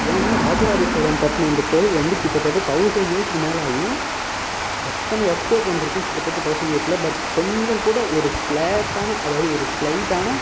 ஏன்னா ராஜராஜ சோழன் கட்டின இந்த கோயில் வந்து கிட்டத்தட்ட தௌசண்ட் இயர்ஸ்க்கு மேலே ஆகியும் எத்தனை எர்த்க்வேக் வந்து இருக்கும் கிட்டத்தட்ட தௌசண்ட் இயர்ஸில் பட் கொஞ்சம் கூட ஒரு ஸ்லைட்டான அதாவது ஒரு ஸ்லைட்டான